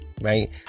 right